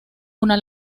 una